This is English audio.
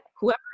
whoever